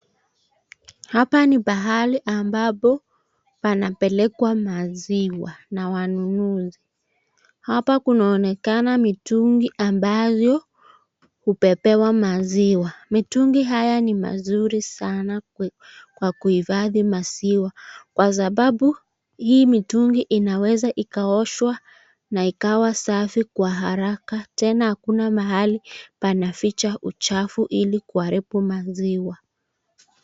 Hapa ni pahali ambapo panapelekwa maziwa na wanunuzi. Hapa kunaonekana mitungi ambayo hubebewa maziwa. Mtungi hii ni mzuri sana kwa kuhifadhi maziwa kwa sababu hii mitungi inaweza ikaoshwa na ikawa safi kwa haraka tena hakuna mahali panaficha uchafu ili kuharibu maziwa.